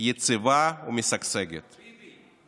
יציבה ומשגשגת, " ביבי.